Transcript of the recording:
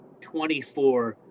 24